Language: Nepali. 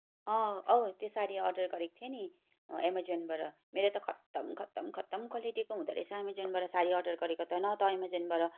औ त्यो साडी अर्डर गरेको थिएँ नि एमाजोनबाट मेरो त खत्तम खत्तम खत्तम क्वालिटीको हुँदोरहेछ एमाजोनबाट साडी अर्डर गरेको त न त एमाजोनबाट